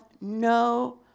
no